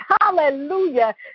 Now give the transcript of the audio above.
Hallelujah